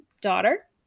daughter